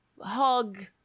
hug